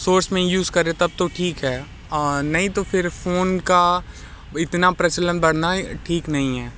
source में use करे तब तो ठीक है नहीं तो फिर फ़ोन का इतना प्रचलन बढ़ना ठीक नहीं है